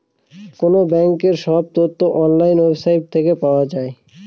কোনো ব্যাঙ্কের সব তথ্য অনলাইন ওয়েবসাইট থেকে পাওয়া যায়